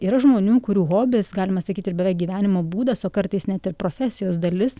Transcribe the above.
yra žmonių kurių hobis galima sakyti ir beveik gyvenimo būdas o kartais net ir profesijos dalis